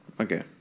Okay